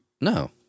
No